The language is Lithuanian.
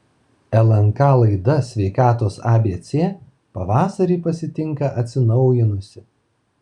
lnk laida sveikatos abc pavasarį pasitinka atsinaujinusi